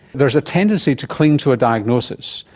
there is a tendency to cling to a diagnosis.